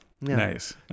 Nice